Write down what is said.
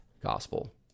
gospel